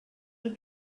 her